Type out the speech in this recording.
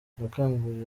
yakanguriye